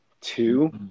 Two